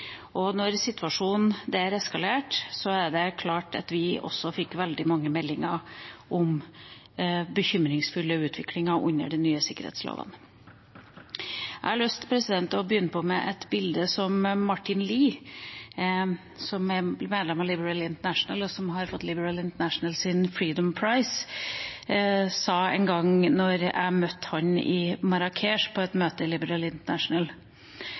og da situasjonen der eskalerte, fikk vi veldig mange meldinger om den bekymringsfulle utviklingen under de nye sikkerhetslovene. Jeg har lyst til å begynne med noe som Martin Lee, som er medlem av Liberal International, og som har fått Liberal Internationals Freedom Prize, sa en gang jeg møtte ham i Marrakech på et møte i Liberal International: